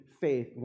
faith